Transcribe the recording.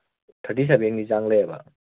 thirty ꯁꯕꯦꯟꯒꯤ ꯆꯥꯡ ꯂꯩꯌꯦꯕ